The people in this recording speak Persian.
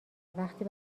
وقتی